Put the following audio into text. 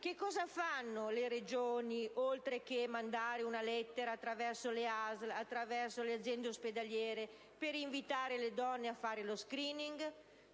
Che cosa fanno le Regioni, a parte inviare una lettera attraverso le ASL e le aziende ospedaliere, per invitare le donne a fare lo *screening*?